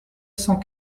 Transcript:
cent